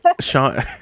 Sean